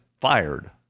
fired